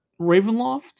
Ravenloft